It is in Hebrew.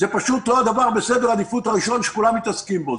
זה פשוט לא דבר שהוא בסדר העדיפות הראשון שכולם מתעסקים בו.